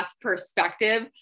perspective